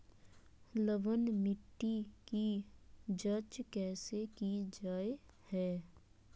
लवन मिट्टी की जच कैसे की जय है?